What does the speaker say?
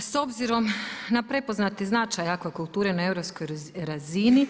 S obzirom na prepoznati značaj akvakulture na europskoj razini,